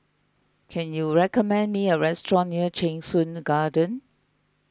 can you recommend me a restaurant near Cheng Soon Garden